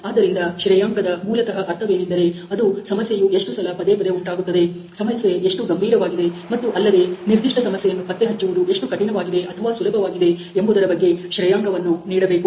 ಆದ್ದರಿಂದ ಶ್ರೇಯಾಂಕದ ಮೂಲತಃ ಅರ್ಥವೇನೆಂದರೆ ಅದು ಸಮಸ್ಯೆಯು ಎಷ್ಟು ಸಲ ಪದೇಪದೇ ಉಂಟಾಗುತ್ತದೆ ಸಮಸ್ಯೆ ಎಷ್ಟು ಗಂಭೀರವಾಗಿದೆ ಮತ್ತು ಅಲ್ಲದೆ ನಿರ್ದಿಷ್ಟ ಸಮಸ್ಯೆಯನ್ನು ಪತ್ತೆಹಚ್ಚುವುದು ಎಷ್ಟು ಕಠಿಣವಾಗಿದೆ ಅಥವಾ ಸುಲಭವಾಗಿದೆ ಎಂಬುದರ ಬಗ್ಗೆ ಶ್ರೇಯಾಂಕವನ್ನು ನೀಡಬೇಕು